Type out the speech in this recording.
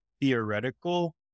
theoretical